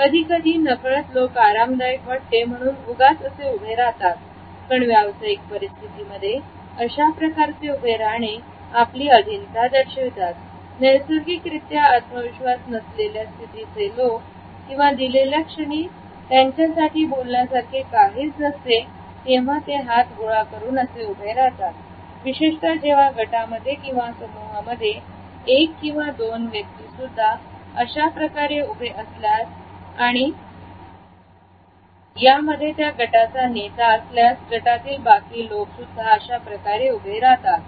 कधीकधी नकळत लोक आरामदायक वाटते म्हणूनच उभे राहतात पण व्यावसायिक परिस्थितीमध्ये अशाप्रकारचे उभे राहणे आपली अधीनता दर्शवितात नैसर्गिक रित्या आत्मविश्वास नसलेल्या स्थितीचे लोक किंवा दिलेल्या क्षणी त्यांच्यासाठी बोलण्यासारखे काहीच नसते तेव्हा ते हात गोळा करून असे उभे राहतात विशेषतः जेव्हा गटामध्ये किंवा समूहामध्ये एक किंवा दोन व्यक्ती सुद्धा अशा प्रकारे उभे असल्यास आणि प्रमुख यामध्ये त्या गटाचा नेता असल्यास गटातील बाकी लोकसुद्धा अशा प्रकारे उभे राहतात